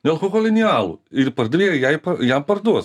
nealkoholinį alų ir pardavėjai jai jam parduos